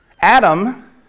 Adam